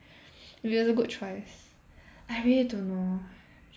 it was a good choice I really don't know